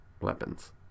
weapons